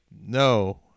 no